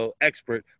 expert